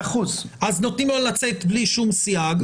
אז נותנים לו לצאת בלי שום סייג,